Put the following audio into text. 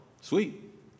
sweet